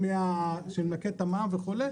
כשמנכים את המע"מ וכו',